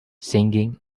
singing